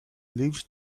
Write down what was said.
lives